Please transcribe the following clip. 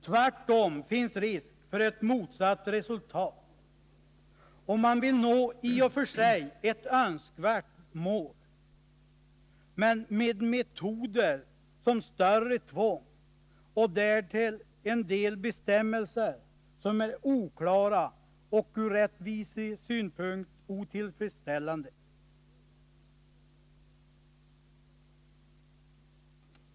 Tvärtom finns det risk för ett motsatt resultat, om man vill nå ett i och för sig önskvärt mål, men med metoder som större tvång och därtill en del bestämmelser som är oklara och ur rättvisesynpunkt otillfredsställande.